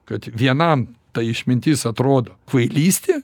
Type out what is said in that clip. kad vienam ta išmintis atrodo kvailystė